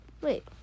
Wait